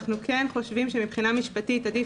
אנחנו כן חושבים שמבחינה משפטית עדיף